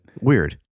Weird